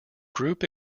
group